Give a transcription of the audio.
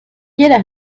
jeder